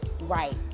right